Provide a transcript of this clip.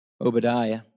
Obadiah